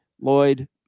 Lloyd